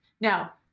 Now